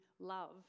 love